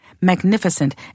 magnificent